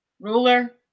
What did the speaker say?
Ruler